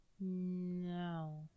No